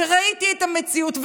וראיתי את המציאות,